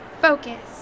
Focus